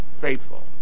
faithful